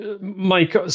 Mike